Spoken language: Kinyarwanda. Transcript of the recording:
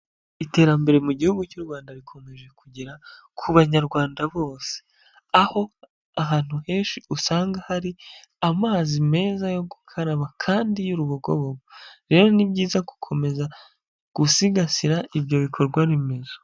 Iterambere mu gihugu cy'u Rwanda rikomeje kugera ku banyarwanda bose, aho ahantu henshi usanga hari amazi meza yo gukaraba kandi y'urubogobo. Rero ni byiza gukomeza gusigasira ibyo bikorwa remezo.